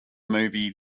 movie